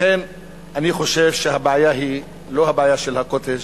לכן אני חושב שהבעיה היא לא הבעיה של ה"קוטג'",